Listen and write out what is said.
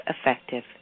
effective